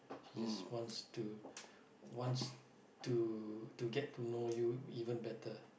she just wants to wants to to get to know you even better